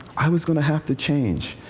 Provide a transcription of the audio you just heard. i was going to have to change.